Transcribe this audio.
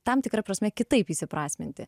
tam tikra prasme kitaip įsiprasminti